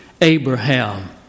Abraham